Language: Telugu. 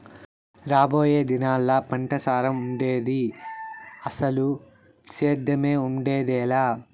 రాబోయే దినాల్లా పంటసారం ఉండేది, అసలు సేద్దెమే ఉండేదెలా